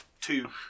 two